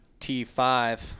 T5